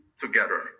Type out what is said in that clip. together